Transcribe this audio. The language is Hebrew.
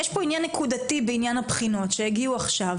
יש פה עניין נקודתי בעניין הבחינות שהגיעו עכשיו,